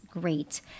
great